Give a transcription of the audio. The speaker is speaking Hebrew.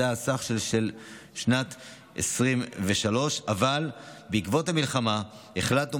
זה הסכום של שנת 2023. אבל בעקבות המלחמה החלטנו